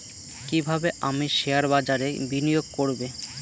কিভাবে আমি শেয়ারবাজারে বিনিয়োগ করবে?